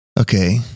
Okay